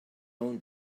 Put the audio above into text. own